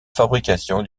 fabrication